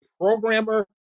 programmer